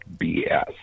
BS